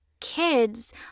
kids